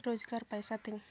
ᱨᱳᱡᱽᱜᱟᱨ ᱯᱚᱭᱥᱟ ᱛᱤᱧ